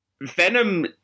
Venom